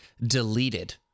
deleted